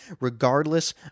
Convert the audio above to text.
regardless